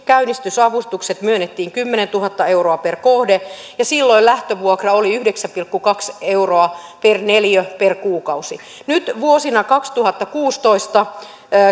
käynnistysavustuksia myönnettiin kymmenentuhatta euroa per kohde ja silloin lähtövuokra oli yhdeksän pilkku kaksi euroa per neliö per kuukausi nyt vuonna kaksituhattakuusitoista